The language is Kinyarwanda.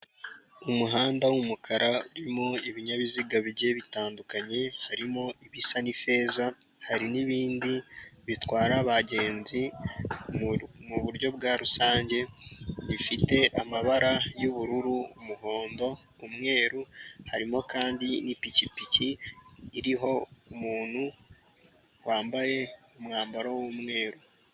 Umuhanda w'umukara urimo ibinyabiziga bigiye bitandukanye harimo ibisa n'ifeza hari n'ibindi bitwara abagenzi mu buryo bwa rusange bifite amabara y'ubururu, umuhondo, umweru harimo kandi n'ipikipiki iriho umuntu wambaye umwambaro w'umweru.